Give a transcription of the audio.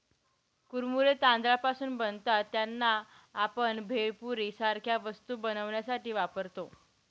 कुरमुरे तांदळापासून बनतात त्यांना, आपण भेळपुरी सारख्या वस्तू बनवण्यासाठी वापरतो